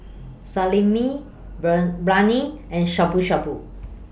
Salami Brain Biryani and Shabu Shabu